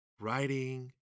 writing